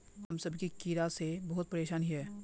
हम सब की कीड़ा से बहुत परेशान हिये?